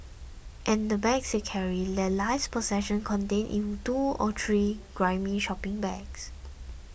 and the bags they carry their life's possessions contained in two or three grimy shopping bags